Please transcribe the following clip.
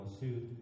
suit